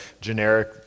generic